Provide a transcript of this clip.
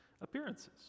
appearances